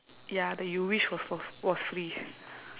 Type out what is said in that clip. ya that you wish was for was free